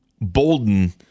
Bolden